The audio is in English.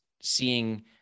seeing